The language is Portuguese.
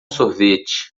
sorvete